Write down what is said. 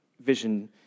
vision